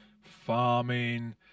farming